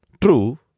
true